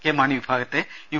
K Mani വിഭാഗത്തെ U